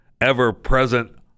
ever-present